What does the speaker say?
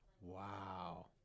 Wow